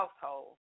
household